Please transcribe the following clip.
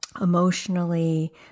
emotionally